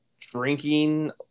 drinking